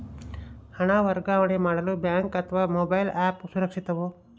ಹಣ ವರ್ಗಾವಣೆ ಮಾಡಲು ಬ್ಯಾಂಕ್ ಅಥವಾ ಮೋಬೈಲ್ ಆ್ಯಪ್ ಸುರಕ್ಷಿತವೋ?